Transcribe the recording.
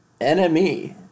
NME